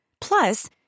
Plus